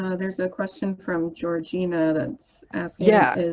um ah there's a question from georgina that's asked. yeah